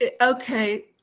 Okay